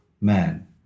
man